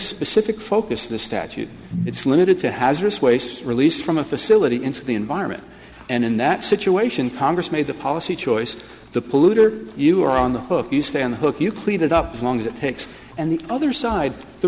specific focus the statute it's limited to hazaras waste released from a facility into the environment and in that situation congress made the policy choice the polluter you are on the hook you stay on the hook you clean it up as long as it takes and the other side the